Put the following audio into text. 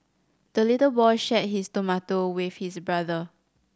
the little boy shared his tomato with his brother